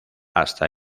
hasta